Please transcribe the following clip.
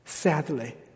Sadly